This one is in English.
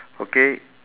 okay